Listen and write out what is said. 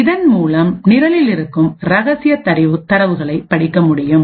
இதன் மூலம் நிரலில் இருக்கும் ரகசிய தரவுகளைப் படிக்க முடியும்